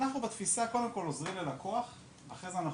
אנחנו אוחזים בתפיסה שאומרת שקודם כל שנעזור ללקוח ואחר כך נבדוק.